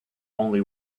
only